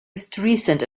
recent